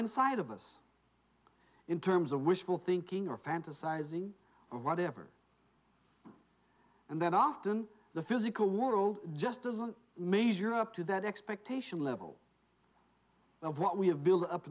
inside of us in terms of wishful thinking or fantasizing or whatever and then often the physical world just doesn't measure up to that expectation level of what we have built up